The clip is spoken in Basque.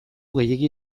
gehiegi